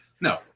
No